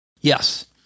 Yes